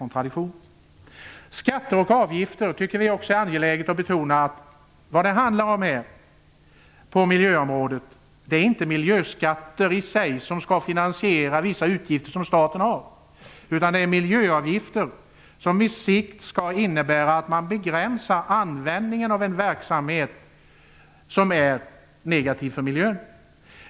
När det gäller skatter och avgifter tycker vi att det är viktigt att betona att det på miljöområdet inte är miljöskatter i sig som skall finansiera vissa av statens utgifter, utan att det är miljöavgifter som på sikt skall innebära att man begränsar utövande av verksamhet som är negativ för miljön.